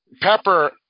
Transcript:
Pepper